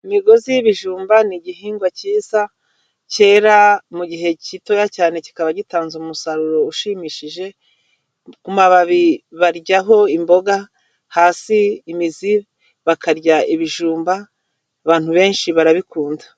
Imigozi y'ibijumba ni igihingwa cyiza, cyera mu gihe gitoya cyane kikaba gitanze umusaruro ushimishije, ku mababi baryaho imboga, hasi imizi bakarya ibijumba, abantu benshi barabikunda.